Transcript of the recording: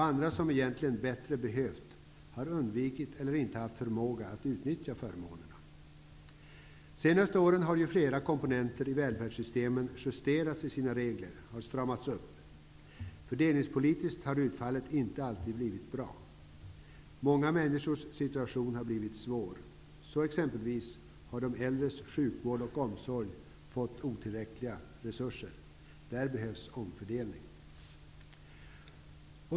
Andra som egentligen bättre hade behövt dem har undvikit eller inte haft förmåga att utnyttja förmånerna. Under de senaste åren har man justerat reg lerna för flera komponenter i välfärdssystemen. De har stramats upp. Fördelningspolitiskt har ut fallet inte alltid blivit bra. Många människors si tuation har blivit svår. De äldres sjukvård och om sorg har exempelvis fått otillräckliga resurser -- där behövs omfördelning.